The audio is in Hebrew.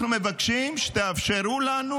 אנחנו מבקשים שתאפשרו לנו,